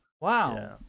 wow